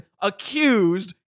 accused